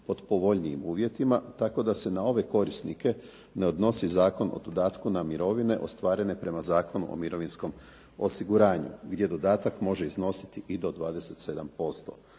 pod povoljnijim uvjetima tako da se na ove korisnike ne odnosi Zakon o dodatku na mirovine ostvarene prema Zakonu o mirovinskom osiguranju gdje dodatak može iznositi i do 27%,